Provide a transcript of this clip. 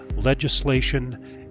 legislation